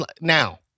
now